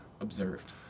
Observed